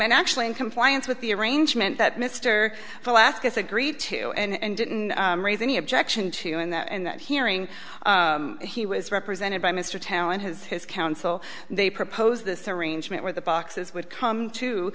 and actually in compliance with the arrangement that mr last gets agreed to and didn't raise any objection to you in that in that hearing he was represented by mr talent has his counsel they propose this arrangement where the boxes would come to